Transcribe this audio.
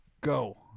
go